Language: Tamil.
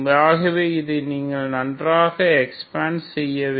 ஆகவே இதை நீங்கள் நன்றாக எக்ஸ்பாண்ட் செய்ய வேண்டும்